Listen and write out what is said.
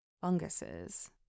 funguses